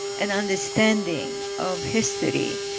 an understanding of history,